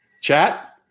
Chat